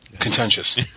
Contentious